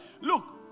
Look